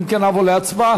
אם כן, נעבור להצבעה.